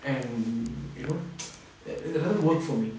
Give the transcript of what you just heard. and you know that it doesn't work for me